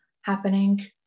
happening